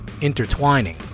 intertwining